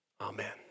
Amen